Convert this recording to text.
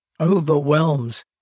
overwhelms